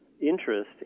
interest